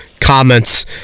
comments